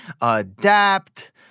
Adapt